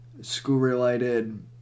school-related